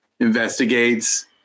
investigates